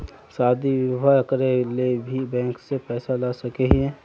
शादी बियाह करे ले भी बैंक से पैसा ला सके हिये?